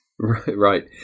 Right